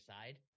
side